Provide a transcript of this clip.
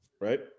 right